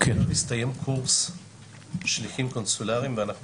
עכשיו הסתיים קורס שליחים קונסולריים ואנחנו